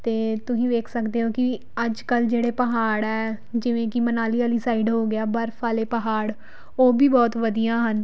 ਅਤੇ ਤੁਸੀਂ ਵੇਖ ਸਕਦੇ ਹੋ ਕਿ ਅੱਜ ਕੱਲ੍ਹ ਜਿਹੜੇ ਪਹਾੜ ਹੈ ਜਿਵੇਂ ਕਿ ਮਨਾਲੀ ਵਾਲੀ ਸਾਈਡ ਹੋ ਗਿਆ ਬਰਫ਼ ਵਾਲੇ ਪਹਾੜ ਉਹ ਵੀ ਬਹੁਤ ਵਧੀਆ ਹਨ